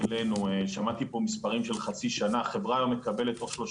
חברה היום מקבלת תוך שלושה חודשים תשובה חיובית או שלילית.